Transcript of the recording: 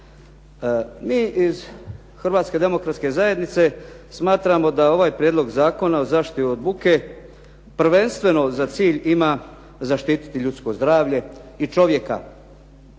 Mi iz Hrvatske demokratske zajednice smatramo da je ovaj Prijedlog Zakona o zaštiti od buke prvenstveno za cilj ima zaštiti ljudsko zdravlje i čovjeka.